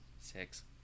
Six